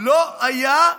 לא היו,